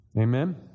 Amen